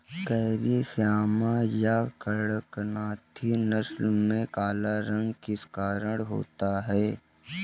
Carry श्यामा या कड़कनाथी नस्ल में काला रंग किस कारण होता है?